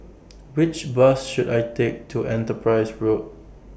Which Bus should I Take to Enterprise Road